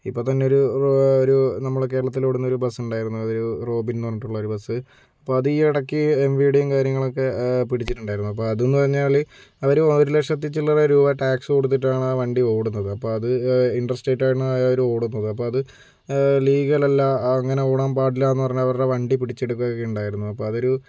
ഇപ്പൊൾ തന്നെ ഒരു ഒരു നമ്മളെ കേരളത്തിലോടുന്ന ഒരു ബസ്സുണ്ടായിരുന്നു ഒരു റോബിൻന്ന് പറഞ്ഞിട്ടുള്ളൊരു ബസ്സ് അപ്പം അത് ഈ ഇടക്ക് എം വി ഡീം കാര്യങ്ങളൊക്കെ പിടിച്ചിട്ടുണ്ടായിരുന്നു അപ്പൊൾ അതെന്ന് പറഞ്ഞാല് അവര് ഒരു ലക്ഷത്തിച്ചില്ലറ രൂപ ടാക്സ് കൊടുത്തിട്ടാണ് ആ വണ്ടി ഓടുന്നത് അപ്പം അത് ഇൻട്രസ്റ്റായിട്ടാണ് അവര് ഓടുന്നത് അപ്പ അത് ലീഗൽ അല്ല അങ്ങനെ ഓടാൻ പാടില്ലാന്ന് പറഞ്ഞ് അവരുടെ വണ്ടി പിടിച്ചെടുക്കുവോക്കെ ഉണ്ടായിരുന്നു അപ്പൊൾ അതൊരു